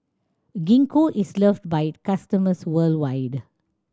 Gingko is loved by it customers worldwide